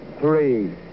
three